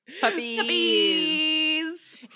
Puppies